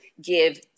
give